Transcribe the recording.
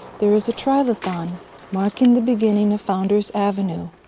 there is a trilithon marking the beginning of founders avenue.